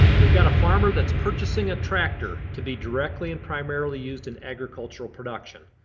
we've got a farmer that's purchasing a tractor to be directly and primarily used in agricultural production.